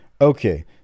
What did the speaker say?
Okay